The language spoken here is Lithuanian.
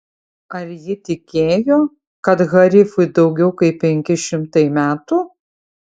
ar ji tikėjo kad harifui daugiau kaip penki šimtai metų